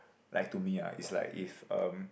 like to me ah is like if um